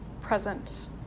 present